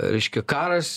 reiškia karas